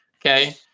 Okay